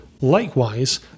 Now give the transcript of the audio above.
Likewise